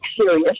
serious